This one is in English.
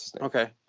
Okay